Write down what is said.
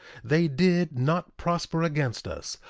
they did not prosper against us.